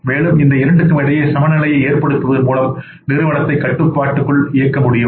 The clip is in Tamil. மேலும் இந்த இரண்டுக்கும் இடையே சமநிலையை ஏற்படுத்துவதன் மூலம் நிறுவனத்தை கட்டுப்பாட்டுக்குள் இயக்க முடியும்